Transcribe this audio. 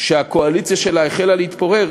שהקואליציה שלה החלה להתפורר